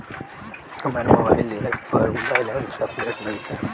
हमार mobile app पर balance update नइखे